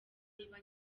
niba